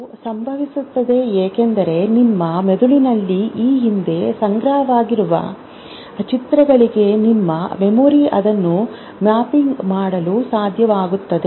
ಇದು ಸಂಭವಿಸುತ್ತದೆ ಏಕೆಂದರೆ ನಿಮ್ಮ ಮೆದುಳಿನಲ್ಲಿ ಈ ಹಿಂದೆ ಸಂಗ್ರಹವಾಗಿರುವ ಚಿತ್ರಗಳಿಗೆ ನಿಮ್ಮ ಮೆಮೊರಿ ಅದನ್ನು ಮ್ಯಾಪಿಂಗ್ ಮಾಡಲು ಸಾಧ್ಯವಾಗುತ್ತದೆ